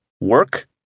work